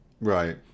Right